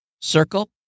Circle